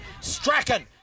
Strachan